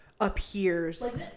Appears